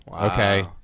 Okay